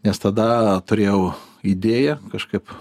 nes tada turėjau idėją kažkaip